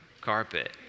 carpet